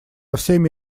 всеми